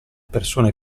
persone